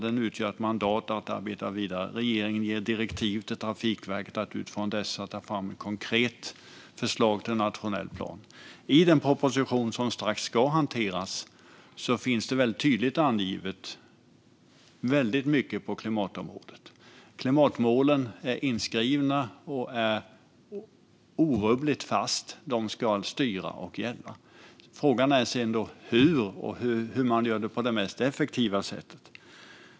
Den ger ett mandat att arbeta vidare. Regeringen ger direktiv till Trafikverket att utifrån den ta fram ett konkret förslag till nationell plan. I den proposition som strax ska hanteras finns väldigt mycket på klimatområdet tydligt angivet. Klimatmålen är inskrivna och står orubbligt fast. De ska styra och gälla. Frågan är sedan hur man gör detta på det mest effektiva sättet.